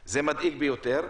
זה מדאיג ביותר.